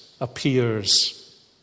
Appears